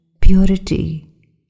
purity